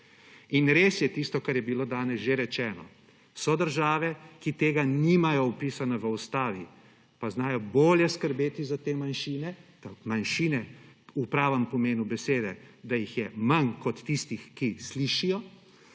In res je tisto, kar je bilo danes že rečeno, so države, ki tega nimajo vpisano v ustavi, pa znajo bolje skrbeti za te manjšine, manjšine v pravem pomenu besede, da jih je manj kot tistih, ki slišijo.